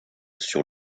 sur